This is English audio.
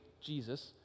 Jesus